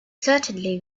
certainly